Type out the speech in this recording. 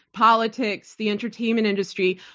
politics, the entertainment industry,